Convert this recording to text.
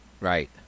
Right